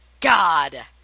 God